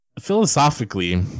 Philosophically